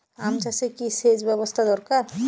আম চাষে কি সেচ ব্যবস্থা দরকার?